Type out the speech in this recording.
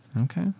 Okay